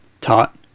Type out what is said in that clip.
taut